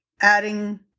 adding